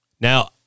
Now